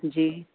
جی